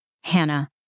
Hannah